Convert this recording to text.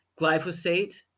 glyphosate